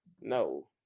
No